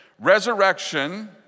resurrection